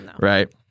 right